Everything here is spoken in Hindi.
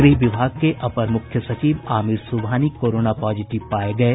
गृह विभाग के अपर मुख्य सचिव आमिर सुबहानी कोरोना पॉजिटिव पाये गये